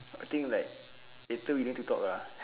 I think like later we need to talk ah